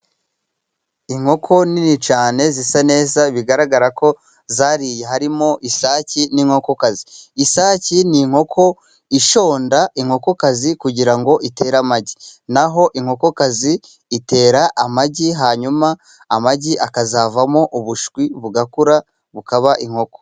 Inkoko nini cyane zisa neza bigaragarako zariye harimo isake n'inkokokazi. Isake ni inkoko ishonda inkokokazi kugira ngo itere amagi, na ho inkokokazi itera amagi, hanyuma amagi akazavamo ubushwi bugakura bukaba inkoko.